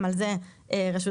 שינוי נוסף זה הארכת